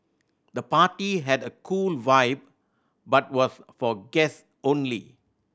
the party had a cool vibe but was for guests only